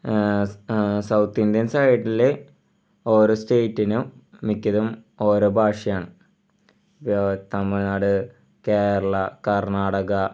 സൗ south Indian സൈഡിൽ ഓരോ സ്റ്റേറ്റിനും മിക്കതും ഓരോ ഭാഷയാണ് ഇപ്പം തമിഴ്നാട് കേരള കർണാടക